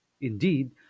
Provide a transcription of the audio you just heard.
indeed